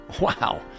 Wow